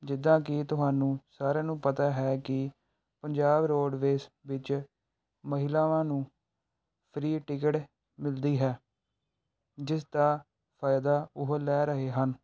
ਜਿੱਦਾਂ ਕਿ ਤੁਹਾਨੂੰ ਸਾਰਿਆਂ ਨੂੰ ਪਤਾ ਹੈ ਕਿ ਪੰਜਾਬ ਰੋਡਵੇਜ਼ ਵਿੱਚ ਮਹਿਲਾਵਾਂ ਨੂੰ ਫਰੀ ਟਿਕਟ ਮਿਲਦੀ ਹੈ ਜਿਸ ਦਾ ਫਾਇਦਾ ਉਹ ਲੈ ਰਹੇ ਹਨ